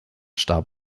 starb